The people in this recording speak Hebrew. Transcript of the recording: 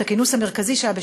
את הכינוס המרכזי שהיה ב-14:30,